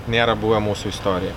nėra buvę mūsų istorija